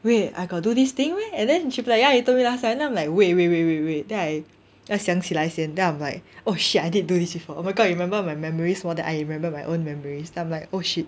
wait I got do this thing meh and then she'll be like ya you told me last time then I'm like wait wait wait wait wait then I then I 想起来先 then I'm like oh shit I did do this before oh my god you remember my memories more than I remember my own memories then I'm like oh shit